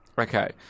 Okay